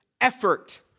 effort